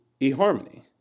eHarmony